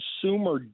consumer